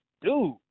dude